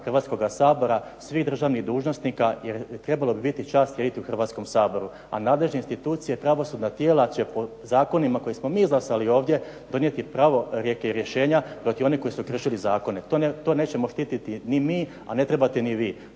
Hrvatskoga sabora, svih državnih dužnosnika jer trebalo bi biti čast sjediti u Hrvatskom saboru, a nadležne institucije, pravosudna tijela će po zakonima koje smo mi izglasali ovdje donijeti pravorijeke i rješenja protiv onih koji su kršili zakone. To nećemo štititi ni mi, a ne trebate ni vi.